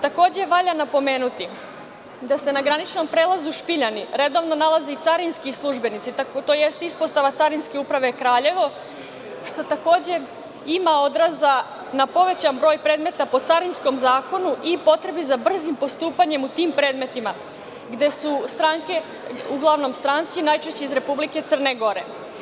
Valja napomenuti da se na graničnom prelazu Špiljani redovno nalaze i carinski službenici, to jeste ispostava carinske uprave Kraljevo, što takođe ima odraza na povećan broj predmeta po Carinskom zakonu i potrebom za brzim postupanjem u tim predmetima gde su stranke uglavnom stranci, najčešće iz Republike Crne Gore.